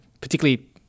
particularly